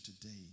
today